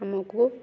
ଆମକୁ